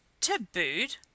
Tabooed